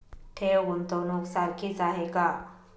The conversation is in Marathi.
ठेव, गुंतवणूक सारखीच आहे का?